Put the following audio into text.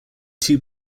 two